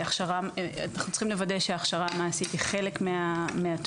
שני ואנחנו צריכים לוודא שההכשרה המעשית היא חלק מהתואר.